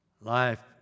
Life